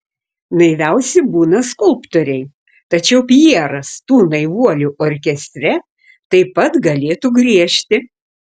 naiviausi būna skulptoriai tačiau pjeras tų naivuolių orkestre taip pat galėtų griežti